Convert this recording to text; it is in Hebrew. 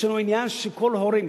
יש לנו עניין שכל ההורים,